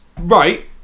right